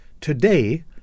Today